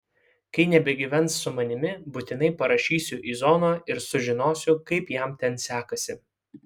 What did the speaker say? kai nebegyvens su manimi būtinai parašysiu į zoną ir sužinosiu kaip jam ten sekasi